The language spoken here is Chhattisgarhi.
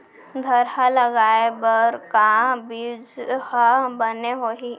थरहा लगाए बर का बीज हा बने होही?